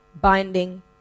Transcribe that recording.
binding